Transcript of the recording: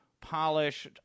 polished